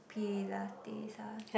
pilates ah